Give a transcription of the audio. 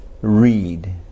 read